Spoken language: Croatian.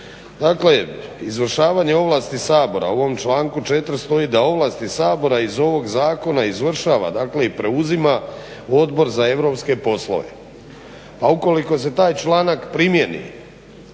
Dakle, izvršavanje ovlasti Sabora u ovom članku 4. stoji da ovlasti Sabora iz ovog Zakona izvršava dakle i preuzima u Odbor za europske poslove. Pa ukoliko se taj članak primijeni